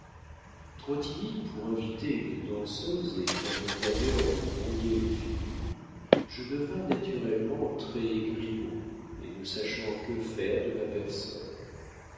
trop timide pour inviter une danseuse et craignant d'ailleurs de brouiller les figures je devins naturellement très grimaud et ne sachant que faire de ma personne